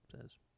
says